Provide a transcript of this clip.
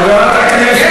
חברת הכנסת,